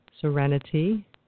serenity